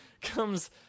comes